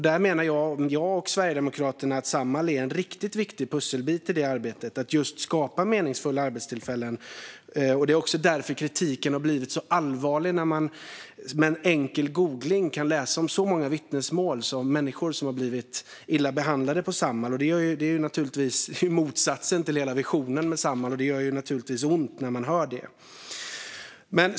Där menar jag och Sverigedemokraterna att Samhall är en viktig pusselbit i arbetet att skapa meningsfulla arbetstillfällen, och det är därför kritiken har blivit så allvarlig när man med en enkel googling kan läsa så många vittnesmål från människor som har blivit illa behandlade av Samhall. Det är ju motsatsen till hela visionen med Samhall, och det gör naturligtvis ont att höra om det.